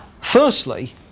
firstly